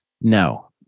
No